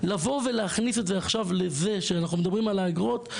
אז לבוא ולהכניס את זה עכשיו לזה שאנחנו מדברים על האגרות.